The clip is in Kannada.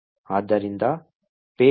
ಆದ್ದರಿಂದ payload vm